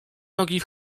nogi